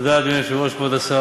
אדוני היושב-ראש, תודה, כבוד השר,